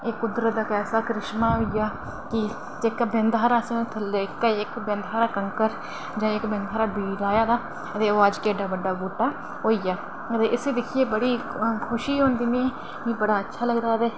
एह् कुदरत दा इक्क ऐसा करिश्मा होइया की इक्क बिंद हारा कंकर की इक्क बिंद हार बीऽ राहेआ तां ओह् केड्डा बड्डा बूह्टा होइया ते इसी दिक्खियै बड़ी खुशी होंदी में मिगी बड़ा अच्छा लगदा ते